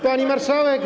Pani Marszałek!